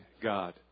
God